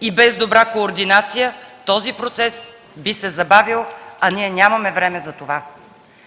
и без добра координация този процес би се забавил, а ние нямаме време за това.